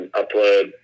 upload